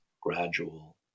gradual